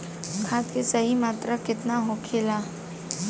खाद्य के सही मात्रा केतना होखेला?